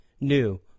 new